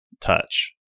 touch